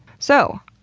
so,